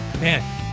Man